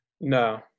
No